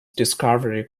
discovery